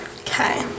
Okay